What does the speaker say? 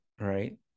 right